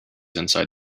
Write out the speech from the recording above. inside